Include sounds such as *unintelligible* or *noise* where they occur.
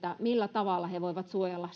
millä tavalla he voivat suojella *unintelligible*